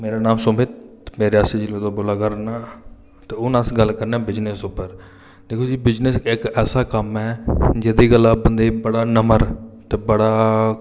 मेरा नांऽ सुमित में रियासी जिले ते हून अस गल्ल करने बिजनस उप्पर दिक्खो जी बिजनस ऐसा कम्म ऐ जेह्दे गल्ला बंदे ई बड़ा नम्र ते बड़ा